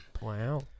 Wow